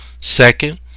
Second